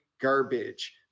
garbage